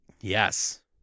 Yes